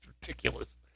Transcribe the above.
Ridiculous